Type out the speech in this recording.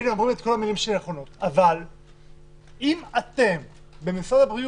אבל אם אתם במשרד הבריאות,